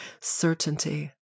certainty